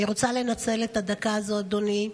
אני רוצה לנצל את הדקה הזו, אדוני,